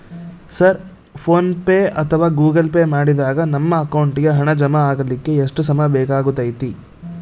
Sir PhonePe ಅಥವಾ Google pay ಮಾಡಿದಾಗ ನಮ್ಮ ಅಕೌಂಟಿಗೆ ಹಣ ಜಮಾ ಆಗಲಿಕ್ಕೆ ಎಷ್ಟು ಸಮಯ ಬೇಕಾಗತೈತಿ?